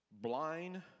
Blind